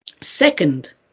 Second